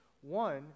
one